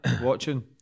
watching